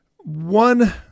One